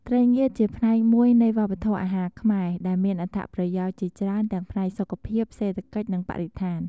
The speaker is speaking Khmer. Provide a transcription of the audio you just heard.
ត្រីងៀតជាផ្នែកមួយនៃវប្បធម៌អាហារខ្មែរ ដែលមានអត្ថប្រយោជន៍ជាច្រើនទាំងផ្នែកសុខភាព សេដ្ឋកិច្ច និងបរិស្ថាន។